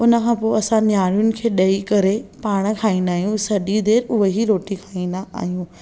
उनखां पोइ असां नियाणीयुनि खे ॾेई करे पाण खाईंदा आहियूं सॼी देरि उहो ई रोटी खाईंदा आहियूं